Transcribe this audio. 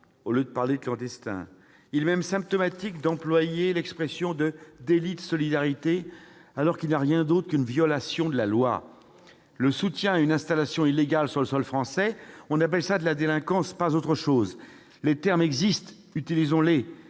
au lieu de parler de clandestins. Il est symptomatique d'employer l'expression de « délit de solidarité », alors qu'il n'y a rien d'autre qu'une violation de la loi, le soutien à une installation illégale sur le sol français. C'est de la délinquance, et rien d'autre ! Les termes existent, utilisons-les